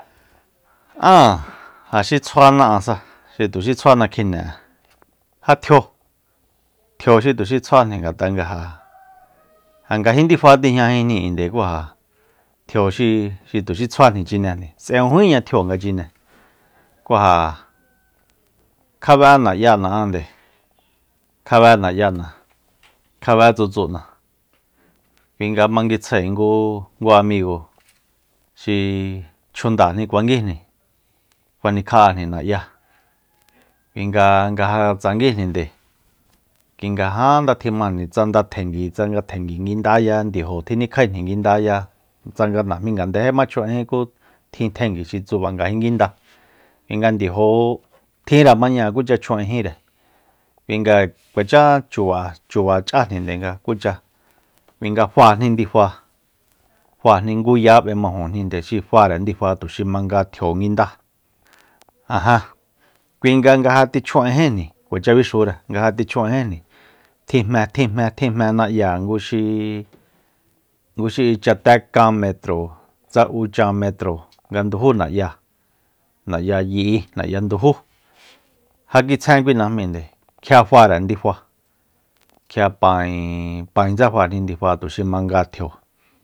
Áa ja xi tsjuana áansa xi tuxi tsjuana kjine'a ja tjio tjio xi tuxi tsjuana ngat'a nga ja- ja ngajín ndifa tijñajinjninde ku ja tjio xi tuxi tsjuajni chinejni s'ejujíña tjio nga chine kú ja kjabe na'ya'na áande- kjabe na'ya'na kjabe tsutsun'a kui nga manguitsjae ngu amigo xi chjundajni kuanguíjni kjua nikja'ajni na'ya kuinga nga ja tsanguíjninde kui nga jánda tjimajni sandatjengui tsangatjengui nguindáya ndiajo tinikjaejni nguindaya nga najmí ngandejí jma chju'ejín tjin tjengui xi tsuba ngajin nguinda kui nga ndiajo tjinre mañáa kucha chju'ejínre kui nga kuacha chuba- chuba ch'ájni nga kucha kui nga fáajni ndifa fáajni ngu ya b'emajujninde xi fáre ndifa tuxi manga tjio nguinda jajá kuinga nga ja tichju'ejínjni kuacha bixure nga ja tichju'ejíjni tjijme tjijme tjijme na'yáa nguxi- nguxi ichatékan metro tsa uchan metro nga ndujú na'yáa na'ya yi'i na'ya ndujú ja kitsjeb kui najmínde kjia fáre ndifa kjia pain paintse fáajni ndifa tuxi tjio